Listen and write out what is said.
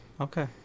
Okay